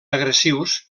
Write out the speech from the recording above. agressius